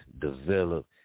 Develop